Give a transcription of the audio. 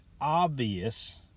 obvious